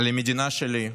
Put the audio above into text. על המדינה שלי,